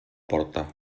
porta